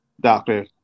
doctor